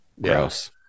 Gross